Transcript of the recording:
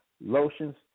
lotions